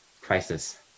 crisis